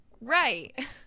right